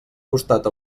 costat